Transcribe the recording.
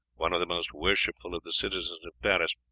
one of the most worshipful of the citizens of paris,